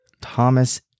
Thomas